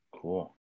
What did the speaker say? cool